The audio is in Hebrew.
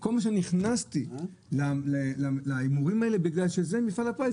כל מה שנכנסתי להימורים אלה זה בגלל שזה מפעל הפיס,